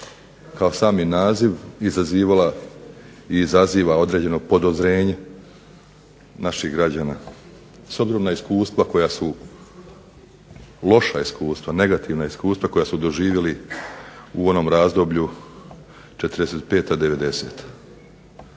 kao sami naziv izazivala i izaziva određeno podozrenje naših građana s obzirom na iskustva koja su loša iskustva, negativna iskustva koja su doživjeli u onom razdoblju '45. – '90.